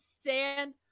stand